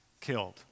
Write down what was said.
killed